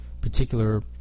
particular